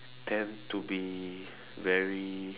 tend to be very